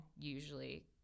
usually